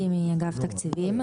אגף תקציבים,